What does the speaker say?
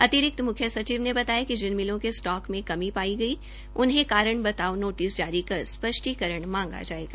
अतिरिक्त म्ख्य सचिव ने बताया कि जिन मिलों के स्टॉक में कमी पाई गई उन्हें कारण बताओ नोटिस जारी कर स्पष्टीकरण मांगा जाएगा